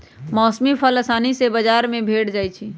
मौसमी फल असानी से बजार में भेंट जाइ छइ